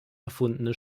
erfundene